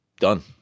done